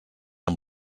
amb